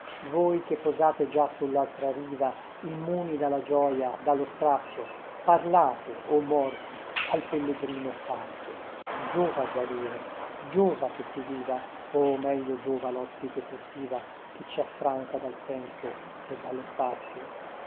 voi che posate già sullaltra riva immuni dalla gioia dallo strazio parlate o morti al pellegrino sazio giova guarire giova che si viva o meglio giova lospite furtiva che ci affranca dal tempo e dallo spazio